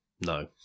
No